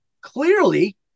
clearly